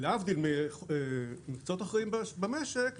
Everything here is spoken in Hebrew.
להבדיל ממקצועות אחרים במשק,